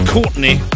Courtney